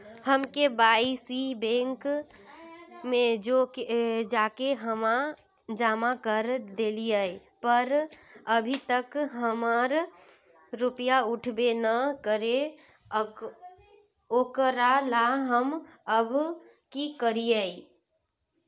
हम KYC bank में जाके जमा कर देलिए पर अभी तक हमर रुपया उठबे न करे है ओकरा ला हम अब की करिए?